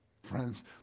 Friends